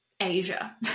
Asia